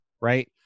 right